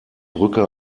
brücke